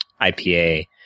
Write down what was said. IPA